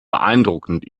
beeindruckend